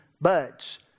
buds